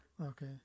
Okay